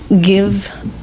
give